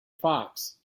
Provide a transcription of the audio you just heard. fox